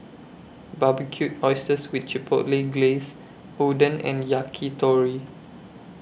Barbecued Oysters with Chipotle Glaze Oden and Yakitori